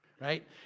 Right